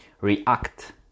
react